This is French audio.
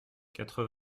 quatre